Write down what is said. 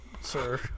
sir